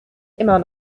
immer